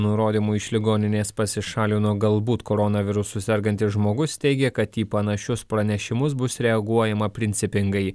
nurodymų iš ligoninės pasišalino galbūt koronavirusu sergantis žmogus teigė kad į panašius pranešimus bus reaguojama principingai